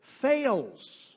fails